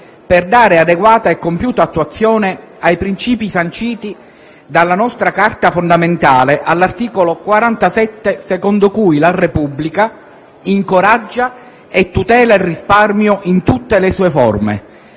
per dare adeguata e compiuta attuazione ai princìpi sanciti dalla nostra Carta fondamentale all'articolo 47, secondo cui «La Repubblica incoraggia e tutela il risparmio in tutte le sue forme;